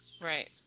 Right